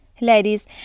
Ladies